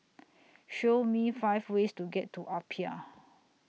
Show Me five ways to get to Apia